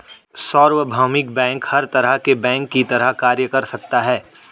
सार्वभौमिक बैंक हर तरह के बैंक की तरह कार्य कर सकता है